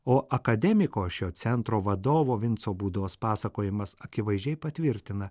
o akademiko šio centro vadovo vinco būdos pasakojimas akivaizdžiai patvirtina